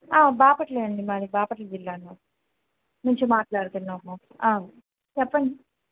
బాపట్ల అండి మాది బాపట్ల జిల్లా నుంచి మాట్లాడుతున్నాము చెప్పండి